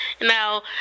Now